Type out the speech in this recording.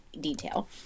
detail